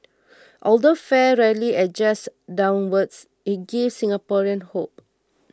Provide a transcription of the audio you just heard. although fare rarely adjusts downwards it gives Singaporeans hope